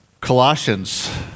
Colossians